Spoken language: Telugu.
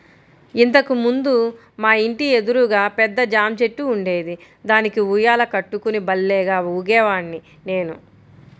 ఇంతకు ముందు మా ఇంటి ఎదురుగా పెద్ద జాంచెట్టు ఉండేది, దానికి ఉయ్యాల కట్టుకుని భల్లేగా ఊగేవాడ్ని నేను